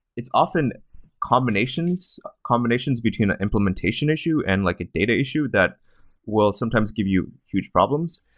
it's often combinations combinations between an implementation issue and like a data issue that will sometimes give you huge problems.